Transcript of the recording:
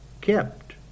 kept